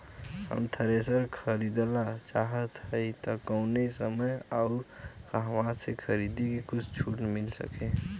हम थ्रेसर खरीदल चाहत हइं त कवने समय अउर कहवा से खरीदी की कुछ छूट मिल सके?